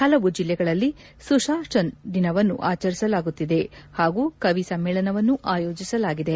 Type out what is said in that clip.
ಪಲವು ಜಿಲ್ಲೆಗಳಲ್ಲಿ ಸುತಾಸನ್ ದಿನವನ್ನು ಆಚರಿಸಲಾಗುತ್ತಿದೆ ಹಾಗೂ ಕವಿ ಸಮ್ಮೇಳನವನ್ನು ಆಯೋಜಿಸಲಾಗಿದೆ